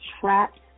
traps